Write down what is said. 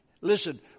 Listen